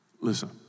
Listen